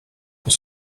pour